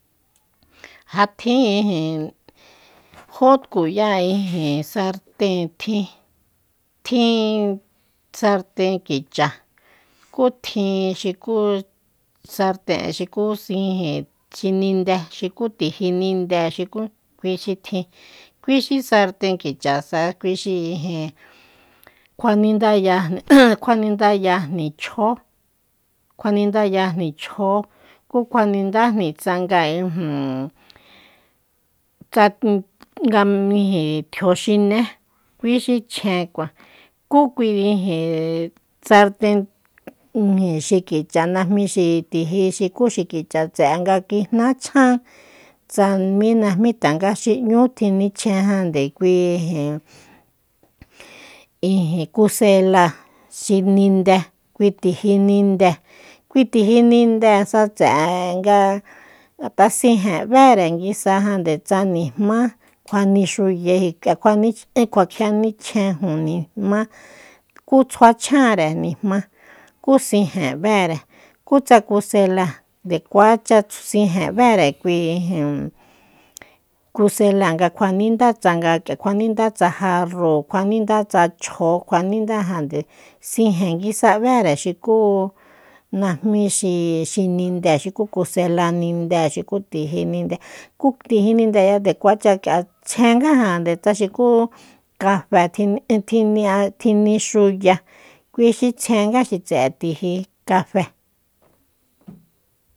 Ja tjin ijin jó tkuya ijin sarten tjin tjin sarten kicha kú tjin xukú sarten xukú xi ijin xi ninde xukú tiji ninde xukú kui xi tjin kui xi sarten kicha sa kui xi ijin kjuanindayajni kjuanindayajni chjóo kjuanindayajni chjóo kú kjuanindájni tsanga ijin tsa- tsa ijin tjio xine kui xi chjenkua kú kui ijin sarten ijin xi kicha najmi xi tiji xukú xi kicha tseꞌe nga kijna chjan tsa mi najmi tanga xi ꞌñu tjinichjen jande kui ijin ijin kusela xi ninde kui tiji ninde kui tiji nindesa tseꞌe nga ngatꞌa sijen ꞌbére nguisa jande tsa nijma kjuanixujeji kꞌia kjuanitseju nijma kú tsjua chjanre nijma ku sijen ꞌbére kutsa kusela nde kuacha sijen ꞌbére kui ijin kusela nga kjuanindá tsanga kꞌia kjuanindá tsa jarru kjuanindá tsa chjóo kjuanindákjande sijen nguisa ꞌbére xukú najmi xi- xi ninde xukí kusela ninde xukú tiji ninde kú tiji nindeya nde kuacha kꞌia tsjengajande tsa xukú kafe tjini- tjini- tjinixuya kui xi tsjenga kui xi tseꞌe tiji kafe.